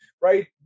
right